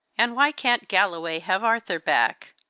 and why can't galloway have arthur back?